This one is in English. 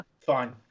Fine